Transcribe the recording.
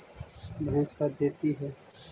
भैंस का देती है?